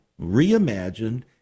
reimagined